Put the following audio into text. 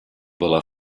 была